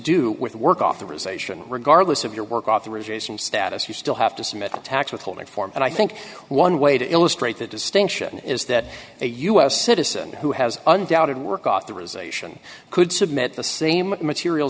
do with work authorization regardless of your work authorization status you still have to submit tax withholding form and i think one way to illustrate the distinction is that a u s citizen who has undoubted work authorization could submit the same material